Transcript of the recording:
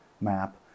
map